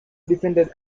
defended